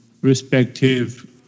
respective